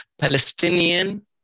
Palestinian